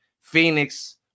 Phoenix